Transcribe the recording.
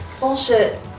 Bullshit